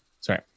Sorry